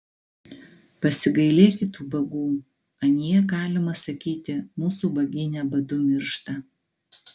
pasigailėkit ubagų anie galima sakyti mūsų ubagyne badu miršta